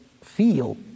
feel